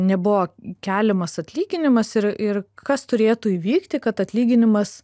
nebuvo keliamas atlyginimas ir ir kas turėtų įvykti kad atlyginimas